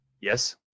Yes